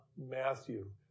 Matthew